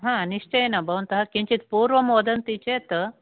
निश्चयेन भवन्तः किञ्चित् पूर्वं वदन्ति चेत्